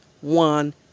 one